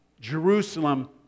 Jerusalem